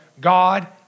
God